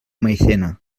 maizena